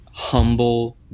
Humble